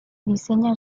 dissenya